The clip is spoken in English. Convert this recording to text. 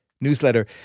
newsletter